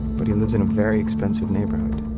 but he lives in a very expensive neighborhood.